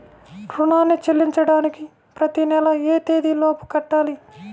రుణాన్ని చెల్లించడానికి ప్రతి నెల ఏ తేదీ లోపు కట్టాలి?